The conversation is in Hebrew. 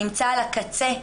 נמצא על הקצה,